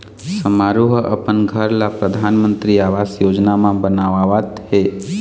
समारू ह अपन घर ल परधानमंतरी आवास योजना म बनवावत हे